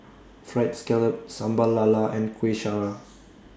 Fried Scallop Sambal Lala and Kuih Syara